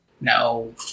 No